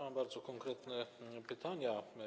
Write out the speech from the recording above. Mam bardzo konkretne pytania.